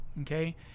okay